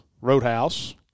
Roadhouse